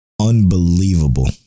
Unbelievable